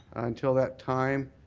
until that time,